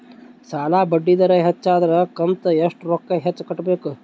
ಸಾಲಾ ಬಡ್ಡಿ ದರ ಹೆಚ್ಚ ಆದ್ರ ಕಂತ ಎಷ್ಟ ರೊಕ್ಕ ಹೆಚ್ಚ ಕಟ್ಟಬೇಕು?